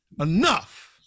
enough